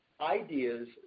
ideas